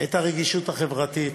את הרגישות החברתית,